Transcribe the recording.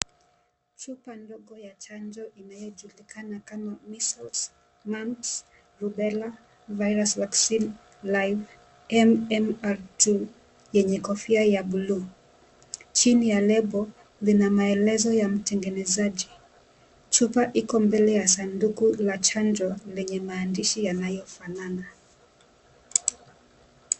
Chupa ndogo ya chanjo inayojulikana kama MEASLES, MUMPS, RUBELLA VIRUS VACCINE LIVE MMR II yenye kofia ya buluu. Chini ya label lina maelezo ya mtengenezaji. Chupa iko mbele ya sanduku la chanjo lenye maandishi yanayofanana.